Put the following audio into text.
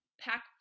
pack